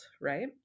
right